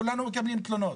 כולנו מקבלים תלונות.